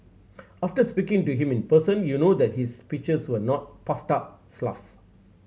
after speaking to him in person you know that his speeches were not puffed up